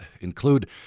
include